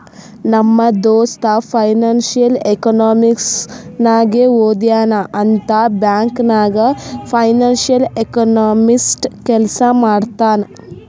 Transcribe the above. ನಮ್ ದೋಸ್ತ financial economics ನಾಗೆ ಓದ್ಯಾನ್ ಅಂತ್ ಬ್ಯಾಂಕ್ ನಾಗ್ ಫೈನಾನ್ಸಿಯಲ್ ಎಕನಾಮಿಸ್ಟ್ ಕೆಲ್ಸಾ ಮಾಡ್ತಾನ್